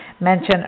mentioned